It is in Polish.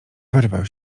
wyrwę